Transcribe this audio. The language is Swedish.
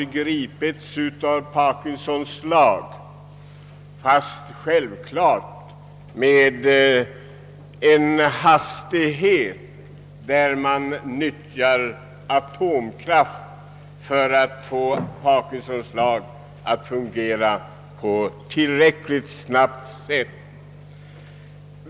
Självfallet verkar Parkinsons lag här med en sådan hastighet att man måste nyttja atomkraft för att få den att verka tillräckligt snabbt.